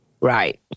Right